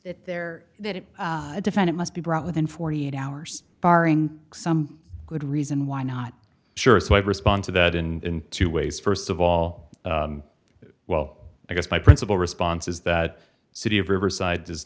it there that it defend it must be brought within forty eight hours barring some good reason why not sure so i respond to that in two ways st of all well i guess my principal response is that city of riverside does